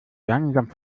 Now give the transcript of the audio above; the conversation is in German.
langsam